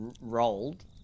rolled